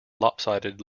lopsided